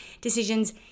decisions